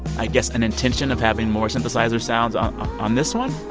i guess an intention of having more synthesizer sounds on on this one?